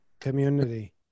community